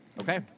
Okay